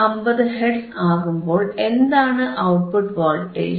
150 hertz ആകുമ്പോൾ എന്താണ് output voltage